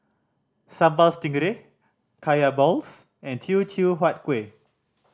Sambal Stingray Kaya balls and Teochew Huat Kueh